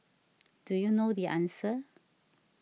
do you know the answer